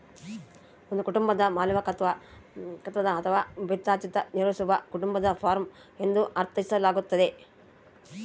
ಒಂದು ಕುಟುಂಬದ ಮಾಲೀಕತ್ವದ ಅಥವಾ ಪಿತ್ರಾರ್ಜಿತ ನಿರ್ವಹಿಸುವ ಕುಟುಂಬದ ಫಾರ್ಮ ಎಂದು ಅರ್ಥೈಸಲಾಗ್ತತೆ